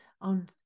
on